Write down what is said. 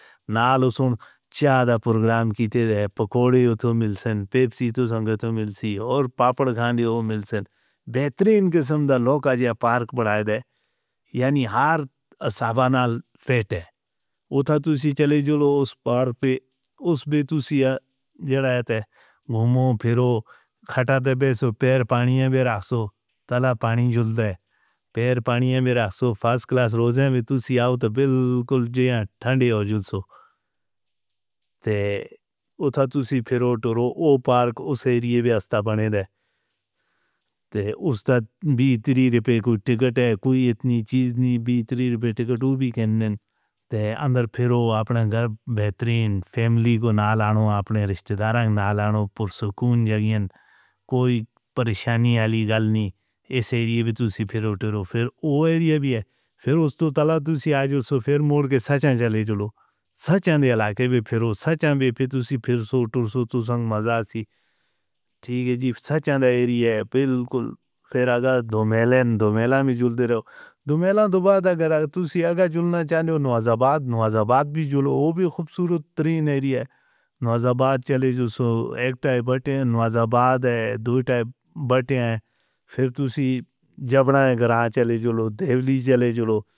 نال سن چادہ پروگرام کیتے دے پکوڑے اتھو ملسن پیپسی تو سنگتوں ملسی اور پاپڑ کھانی او ملسن بہترین قسم دا لوکاجہ پارک بنائے دے یعنی ہار اسابا نال فٹ ہے۔ اتھا تسی چلے جو لو اس پارک پہ اس پہ تسی جڑایت ہے گھومو پھرو کھٹا تے بیسو۔ پیر پانییں بے رکھسو تلا پانی جل دے پیر پانییں بے رکھسو فاض کلاس روزہ میں تسی آؤ تو بالکل جیہاں تھنڈے ہو جاؤسو۔ اتھا تسی پھر او ٹرو او پارک اس ایریے بے استہ بنے دے تے اس دا بھی تری پے کوئی ٹکٹ ہے، کوئی اتنی چیز نہیں۔ تری پے ٹکٹ او بھی کہندین تے اندر پھر او اپنا گھر بہترین فیملی کو نال آؤنا اپنے رشتہ داراں نال آؤنا پرسکون جگہیں کوئی پریشانی آلی گل نہیں۔ اس ایریے بے تسی پھر او ٹرو پھر او ایریے بھی ہے، پھر اس تو تلا تسی آ جاؤ سو پھر موڑ کے سچان چلے جاؤ سچان دی علاقے بے۔ پھر او سچان بے پھر تسی پھر سو ٹر سو تو سنگ مزا سی ٹھیک ہے جی سچان دا ایریے ہے بالکل۔ پھر آگا دھومیلان دھومیلان بھی جڑ دے رو دھومیلان تو بعد اگر تسی آگا جڑنا چاہنے ہو نوازباد نوازباد بھی جڑو او بھی خوبصورت ترین ایریے نوازباد چلے جو سو ایک ٹائپ اٹھے نوازباد ہے دو ٹائپ اٹھے پھر تسی جڑنا گرہاں چلے جو لو دیولی چلے جاؤ۔